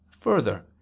Further